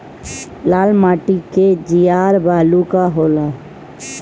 लाल माटी के जीआर बैलू का होला?